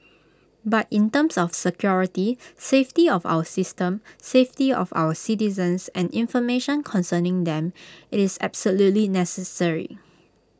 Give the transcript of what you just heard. but in terms of security safety of our system safety of our citizens and information concerning them IT is absolutely necessary